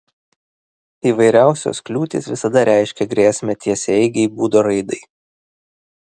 įvairiausios kliūtys visada reiškia grėsmę tiesiaeigei būdo raidai